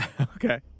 Okay